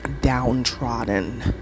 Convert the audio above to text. downtrodden